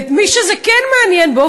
ומי שזה כן מעניין אותו,